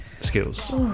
skills